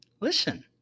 Listen